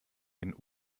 den